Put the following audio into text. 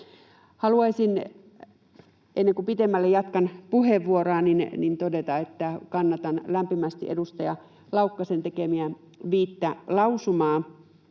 Haluaisin, ennen kun pidemmälle jatkan puheenvuoroa, todeta, että kannatan lämpimästi edustaja Laukkasen tekemiä viittä lausumaa.